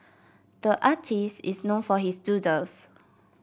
the artist is known for his doodles